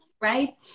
right